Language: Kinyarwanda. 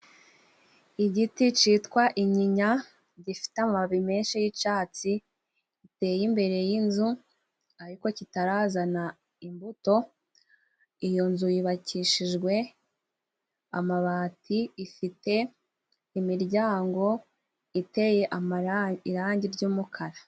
Igiti citwa inyinya gifite amababi menshi y'icatsi, giteye imbere y'inzu ariko kitarazana imbuto. Iyo nzu yubakishijwe amabati ifite imiryango iteye amararangi, irangi ry'umukara.